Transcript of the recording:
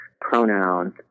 pronouns